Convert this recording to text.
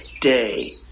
day